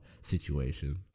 situation